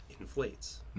inflates